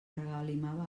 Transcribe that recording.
regalimava